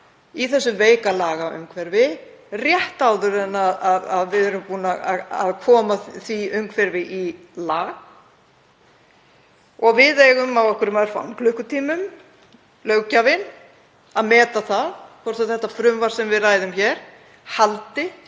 í þessu veika lagaumhverfi rétt áður en að við erum búin að koma því umhverfi í lag og við eigum á einhverjum örfáum klukkutímum, löggjafinn, að meta það hvort þetta frumvarp sem við ræðum hér haldi